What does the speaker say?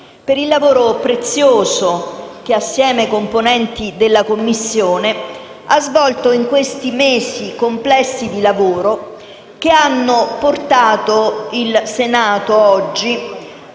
per il lavoro prezioso che, insieme ai componenti della Commissione, ha svolto in questi mesi complessi di lavoro, che hanno portato il Senato oggi